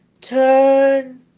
Turn